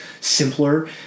simpler